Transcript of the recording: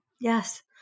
Yes